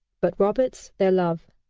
but roberts their love.